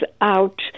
out